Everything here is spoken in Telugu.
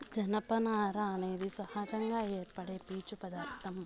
జనపనార అనేది సహజంగా ఏర్పడే పీచు పదార్ధం